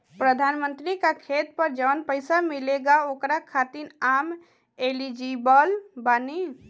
प्रधानमंत्री का खेत पर जवन पैसा मिलेगा ओकरा खातिन आम एलिजिबल बानी?